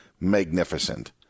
magnificent